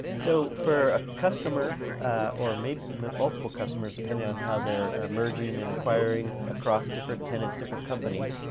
so for a customer or maybe multiple customers, depending on how they're emerging and acquiring across different tenants, different companies.